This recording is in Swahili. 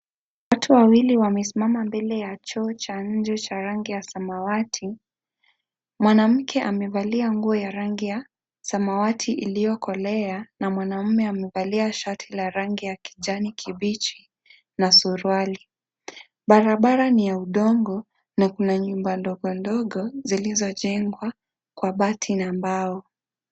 Watu wawili wamesimama mbele ya choo cha nje cha rangi ya samawati. Mwanamke amevalia nguo ya rangi ya samawati iliyokolea na mwanaume amevalia shati la rangi ya kijani kibichi na suruali. Barabara ni ya udongo na kuna nyumba ndogo ndogo zilizojengwa kwa bati na mbao.